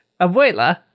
Abuela